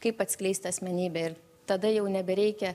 kaip atskleist asmenybę ir tada jau nebereikia